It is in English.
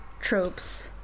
tropes